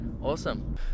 Awesome